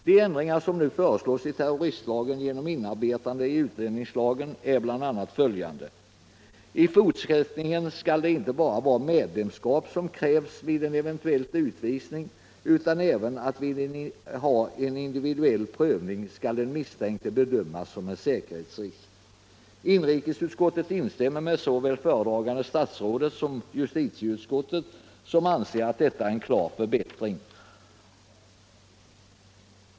De ändringar som nu föreslås i terroristlagen genom inarbetande i utlänningslagen är bl.a. följande. I fortsättningen skall inte bara medlemskap krävas vid en eventuell utvisning; det skall också prövas att den misstänkte vid en individuell prövning bedöms som en säkerhetsrisk. Inrikesutskottet instämmer med såväl föredragande statsrådet som justitieutskottet i att detta är en klar förbättring.